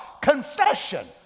Confession